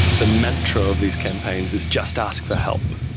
the mantra of these campaigns is just ask for help.